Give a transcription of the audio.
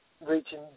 reaching